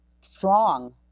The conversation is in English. strong